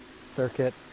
circuit